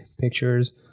pictures